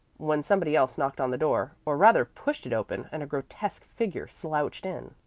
when somebody else knocked on the door, or rather pushed it open, and a grotesque figure slouched in.